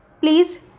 please